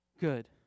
good